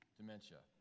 Dementia